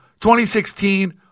2016